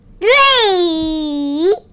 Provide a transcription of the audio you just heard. Three